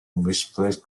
misplaced